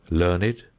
learned,